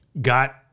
got